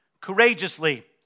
courageously